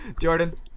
jordan